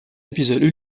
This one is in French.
épisodes